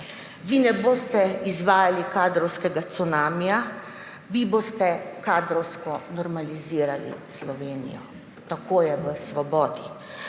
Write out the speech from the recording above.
Vi ne boste izvajali kadrovskega cunamija − vi boste kadrovsko normalizirali Slovenijo. Tako je v svobodi.